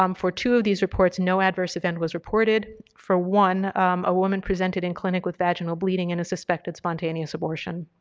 um for two of these reports no adverse event was reported, for one a woman presented in clinic with vaginal bleeding and a suspected spontaneous abortion.